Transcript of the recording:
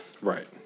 Right